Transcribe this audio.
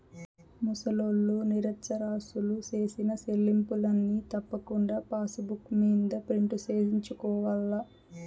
ముసలోల్లు, నిరచ్చరాసులు సేసిన సెల్లింపుల్ని తప్పకుండా పాసుబుక్ మింద ప్రింటు సేయించుకోవాల్ల